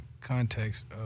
context